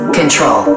control